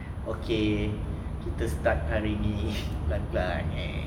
okay kita start hari ni pelan pelan